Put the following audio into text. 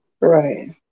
Right